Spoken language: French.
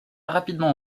rapidement